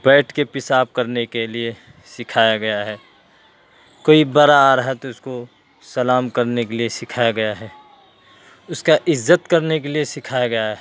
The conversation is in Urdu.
بیٹھ کے پیشاب کرنے کے لیے سکھایا گیا ہے کوئی بڑا آ رہا ہے تو اس کو سلام کرنے کے لیے سکھایا گیا ہے اس کا عزت کرنے کے لیے سکھایا گیا ہے